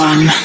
One